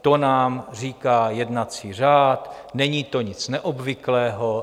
To nám říká jednací řád, není to nic neobvyklého.